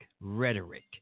rhetoric